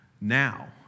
Now